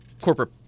corporate